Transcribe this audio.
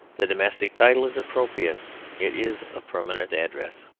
the domestic title is appropriate it is a permanent address.